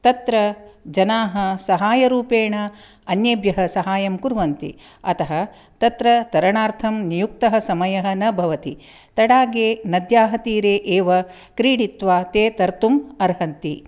तत्र जनाः साहाय्यरूपेण अन्येभ्यः साहाय्यं हायं कुर्वन्ति अतः तत्र तरणार्थं नियुक्तः समयः न भवति तडागे नद्याः तीरे एव क्रीडित्वा ते तर्तुं अर्हन्ति